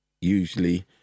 usually